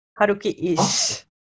Haruki-ish